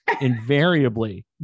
invariably